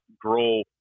grow